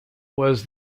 was